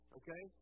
okay